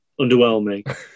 underwhelming